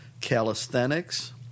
calisthenics